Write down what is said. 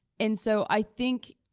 and so i think,